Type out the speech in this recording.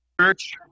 church